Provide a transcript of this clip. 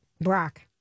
Brock